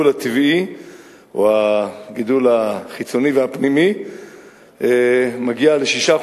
הטבעי או הגידול החיצוני והפנימי מגיע בו ל-6%.